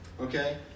okay